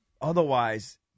otherwise